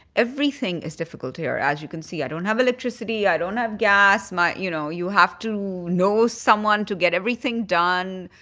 everything is difficult here, as you can see. i don't have electricity. i don't have gas. you know, you have to know someone to get everything done.